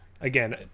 Again